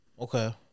Okay